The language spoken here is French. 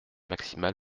maximale